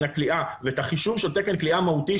הכליאה ואת החישוב של תקן כליאה מהותי,